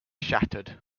shattered